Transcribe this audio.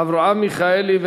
8446